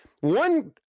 one